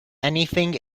anything